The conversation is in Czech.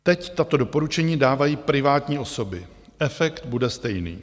Teď tato doporučení dávají privátní osoby, efekt bude stejný.